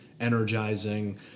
energizing